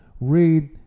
read